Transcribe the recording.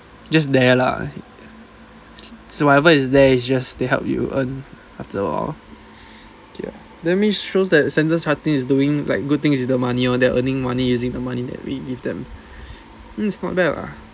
just there lah so whatever it's there it's just they help you earn after a while that means shows that standard chartered is doing like good things with the money all that they're earning money using the money that we give them mm it's not bad lah